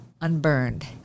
unburned